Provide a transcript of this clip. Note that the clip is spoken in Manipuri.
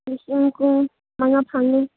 ꯂꯤꯁꯤꯡ ꯀꯨꯟ ꯃꯉꯥ ꯐꯪꯉꯦ